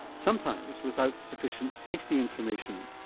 sometimes without sufficient safety information.